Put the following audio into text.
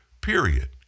period